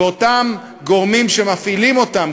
ואותם גורמים שמפעילים אותם,